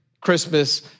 Christmas